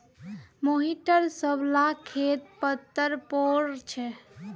मोहिटर सब ला खेत पत्तर पोर छे